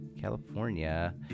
California